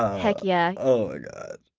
heck yeah oh my god